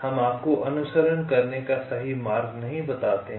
हम आपको अनुसरण करने का सही मार्ग नहीं बताते हैं